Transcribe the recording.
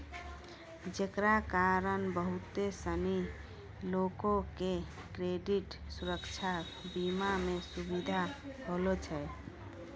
जेकरा कारण बहुते सिनी लोको के क्रेडिट सुरक्षा बीमा मे सुविधा होलो छै